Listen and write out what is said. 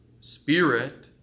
spirit